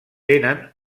tenen